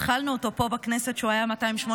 התחלנו אותו פה בכנסת כשהוא היה היום ה-285,